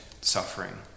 suffering